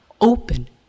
open